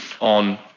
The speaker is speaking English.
on